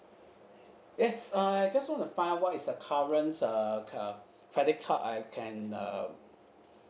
yes uh I just want to find out what is a current uh uh credit card I can uh